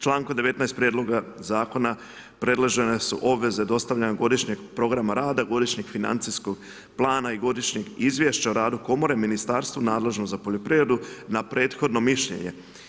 Člankom 19. prijedloga zakona predložene su obveze dostavljene godišnjeg programa rada, godišnjeg financijskog plana i godišnjeg izvješća o rada komore, ministarstvu nadležnu za poljoprivredu na prethodno mišljenje.